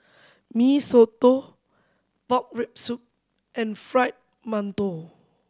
Mee Soto pork rib soup and fry mantou